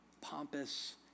pompous